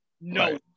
No